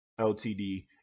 LTD